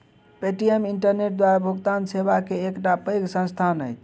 Paytm internet द्वारा भुगतान सेवा के एकटा पैघ संस्थान अछि